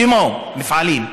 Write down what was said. כמו מפעלים,